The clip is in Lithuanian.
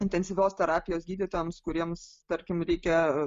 intensyvios terapijos gydytojams kuriems tarkim reikia